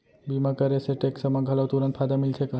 बीमा करे से टेक्स मा घलव तुरंत फायदा मिलथे का?